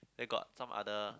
then got some other